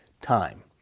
time